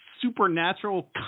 supernatural